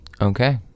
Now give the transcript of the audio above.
Okay